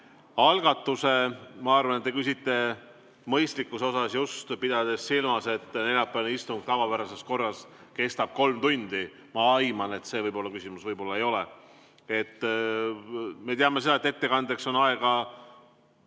kiitnud. Ma arvan, et te küsite mõistlikkuse kohta, pidades silmas, et neljapäevane istung tavapärases korras kestab kolm tundi. Ma aiman, et see võib olla küsimus, võib-olla ei ole. Me teame, et ettekandeks on minu